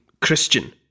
Christian